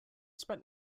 spent